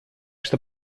что